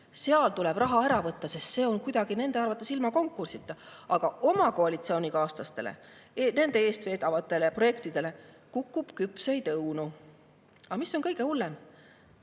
tuleb raha ära võtta, sest see on nende arvates ilma konkursita, aga oma koalitsioonikaaslastele, nende eestveetavatele projektidele kukub küpseid õunu. Aga mis on kõige hullem?